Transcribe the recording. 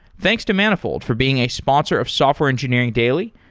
thanks to manifold for being a sponsor of software engineering daily,